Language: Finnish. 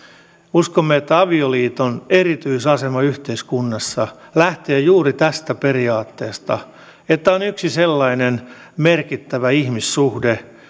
uskomme että avioliiton erityisasema yhteiskunnassa lähtee juuri tästä periaatteesta että on yksi sellainen merkittävä ihmissuhde